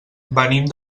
venim